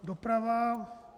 Doprava.